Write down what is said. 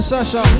Sasha